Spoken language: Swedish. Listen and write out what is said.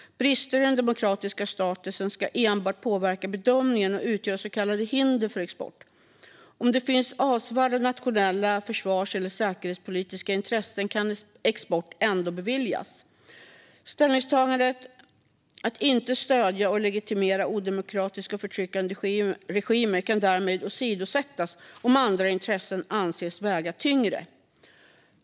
Brister i den demokratiska statusen ska enbart påverka bedömningen och utgöra så kallade hinder för export. Om det finns avsevärda nationella försvars eller säkerhetspolitiska intressen kan export ändå beviljas. Ställningstagandet att inte stödja och legitimera odemokratiska och förtryckande regimer kan därmed åsidosättas om andra intressen anses väga tyngre.